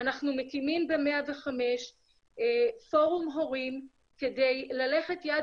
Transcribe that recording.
אנחנו מקימים ב-105 פורום הורים כדי ללכת יד